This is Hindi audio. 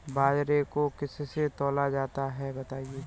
बाजरे को किससे तौला जाता है बताएँ?